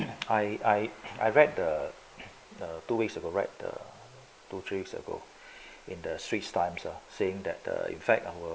I I I read the the two weeks of a right the two three weeks ago in the straits times are saying that the fact